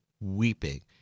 weeping